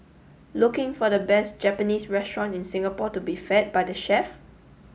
looking for the best Japanese restaurant in Singapore to be fed by the chef